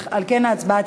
לא התקבלה.